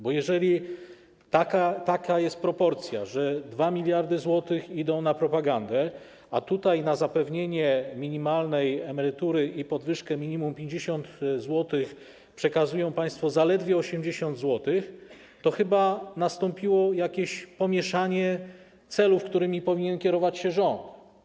Bo jeżeli taka jest proporcja, że 2 mld zł idą na propagandę, a tutaj na zapewnienie minimalnej emerytury i podwyżkę minimum 50 zł przekazują państwo zaledwie 80 mln zł, to chyba nastąpiło jakieś pomieszanie celów, którymi powinien kierować się rząd.